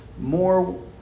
more